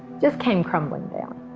just came crumbling down.